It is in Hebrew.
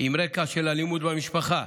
עם רקע של אלימות במשפחה,